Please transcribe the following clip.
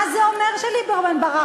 מה זה אומר שליברמן ברח?